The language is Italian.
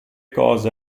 cose